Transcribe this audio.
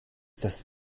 dass